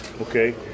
okay